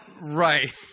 Right